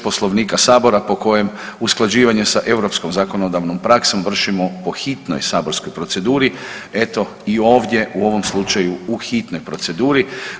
Poslovnika sabora po kojem usklađivanje sa europskom zakonodavnom praksom vršimo po hitnoj saborskoj proceduri, eto i ovdje u ovom slučaju u hitnoj proceduri.